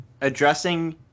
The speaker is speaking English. addressing